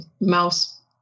mouse